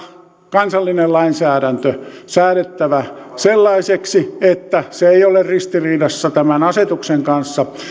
kansallinen lainsäädäntö säädettävä sellaiseksi että se ei ole ristiriidassa tämän asetuksen kanssa